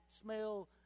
smell